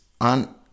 On